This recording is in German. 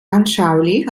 anschaulich